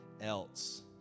else